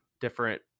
Different